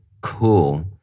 cool